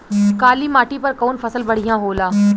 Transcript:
काली माटी पर कउन फसल बढ़िया होला?